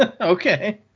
Okay